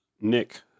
Nick